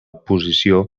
posició